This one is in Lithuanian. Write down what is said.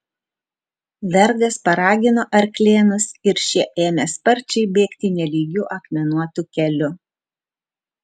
vergas paragino arklėnus ir šie ėmė sparčiai bėgti nelygiu akmenuotu keliu